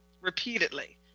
Repeatedly